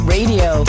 Radio